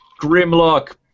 Grimlock